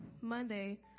Monday